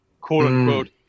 quote-unquote